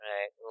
Right